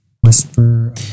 Whisper